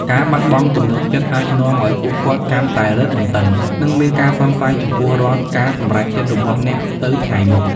ការបាត់បង់ទំនុកចិត្តអាចនាំឲ្យពួកគាត់កាន់តែរឹតបន្តឹង និងមានការសង្ស័យចំពោះរាល់ការសម្រេចចិត្តរបស់អ្នកទៅថ្ងៃមុខ។